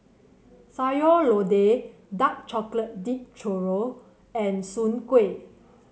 Sayur Lodeh Dark Chocolate Dip Churro and Soon Kuih